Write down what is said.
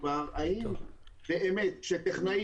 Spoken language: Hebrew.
אם לטכנאי